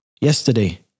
yesterday